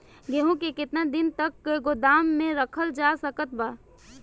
गेहूँ के केतना दिन तक गोदाम मे रखल जा सकत बा?